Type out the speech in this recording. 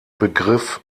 begriff